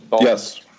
yes